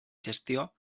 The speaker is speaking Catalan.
gestió